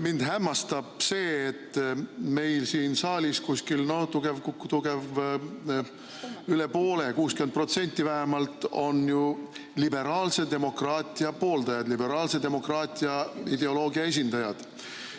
Mind hämmastab see, et meil siin saalis on tugevalt üle poole, 60% vähemalt, liberaalse demokraatia pooldajaid, liberaalse demokraatia ideoloogia esindajaid.